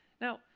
Now